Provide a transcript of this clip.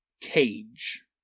cage